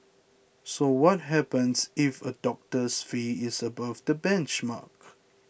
so what happens if a doctor's fee is above the benchmark